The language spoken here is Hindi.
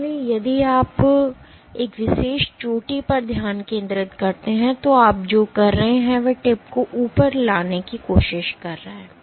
इसलिए यदि आप एक विशेष चोटी पर ध्यान केंद्रित करते हैं तो आप जो कर रहे हैं वह टिप को ऊपर लाने की कोशिश कर रहा है